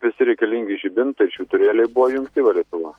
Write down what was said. visi reikalingi žibintai švyturėliai buvo įjungti valytuvo